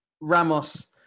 ramos